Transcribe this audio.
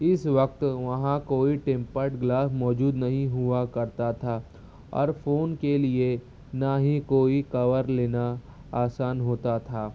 اس وقت وہاں کوئی ٹیمپرڈ گلاس موجود نہیں ہوا کرتا تھا اور فون کے لیے نہ ہی کوئی کور لینا آسان ہوتا تھا